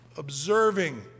observing